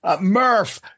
Murph